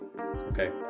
Okay